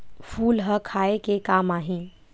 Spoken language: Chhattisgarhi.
फूल ह खाये के काम आही?